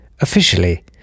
officially